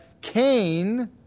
Cain